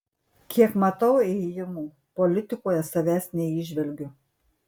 kiek matau ėjimų politikoje savęs neįžvelgiu